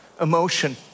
emotion